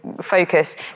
focus